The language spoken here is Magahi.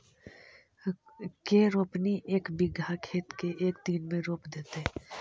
के रोपनी एक बिघा खेत के एक दिन में रोप देतै?